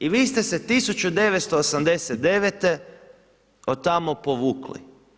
I vi ste se 1989. od tamo povukli.